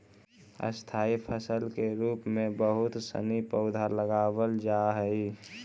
स्थाई फसल के रूप में बहुत सनी पौधा लगावल जा हई